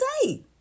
say